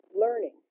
learning